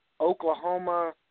Oklahoma –